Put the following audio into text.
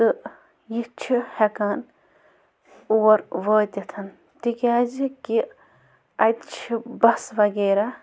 تہٕ یہِ چھِ ہٮ۪کان اور وٲتِتھ تِکیٛازِ کہِ اَتہِ چھِ بَس وغیرہ